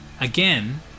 again